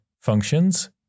functions